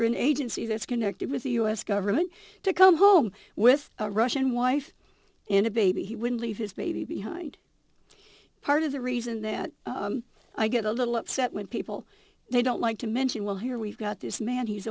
through an agency that's connected with the u s government to come home with a russian wife and a baby he wouldn't leave his baby behind part of the reason that i get a little upset when people they don't like to mention well here we've got this man he's